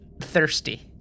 thirsty